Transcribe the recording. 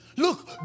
Look